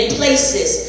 places